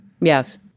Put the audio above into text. Yes